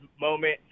moment